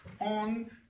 on